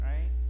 Right